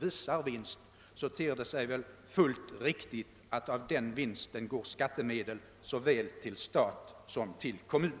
visar vinst, så ter det sig fullt riktigt att av den vinsten går skattemedel till såväl stat som kommun.